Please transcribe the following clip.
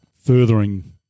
furthering